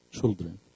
children